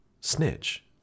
snitch